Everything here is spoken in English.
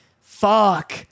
fuck